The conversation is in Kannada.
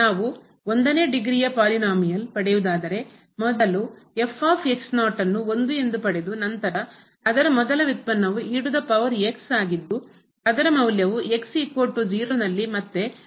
ನಾವು ಒಂದನೇ ಡಿಗ್ರಿಯ ಪದವಿ ಪಾಲಿನೋಮಿಯಲ್ ಬಹುಪದವು ಪಡೆಯುವುದಾದರೆ ಮೊದಲು ಅನ್ನು 1 ಎಂದು ಪಡೆದು ನಂತರ ಅದರ ಮೊದಲ ವ್ಯುತ್ಪನ್ನವು ಆಗಿದ್ದು ಅದರ ಮೌಲ್ಯವು ನಲ್ಲಿ ಮತ್ತೆ 1 ಆಗುತ್ತದೆ